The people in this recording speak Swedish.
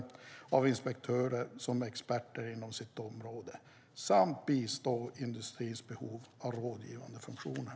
Kontrollerna ska då ske av inspektörer som är experter inom sitt område och som kan bistå industrins behov av rådgivande funktioner.